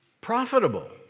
Profitable